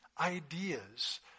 ideas